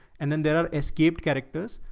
and then there are escaped characters.